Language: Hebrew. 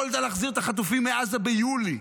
יכולת להחזיר את החטופים מעזה ביולי,